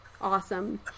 awesome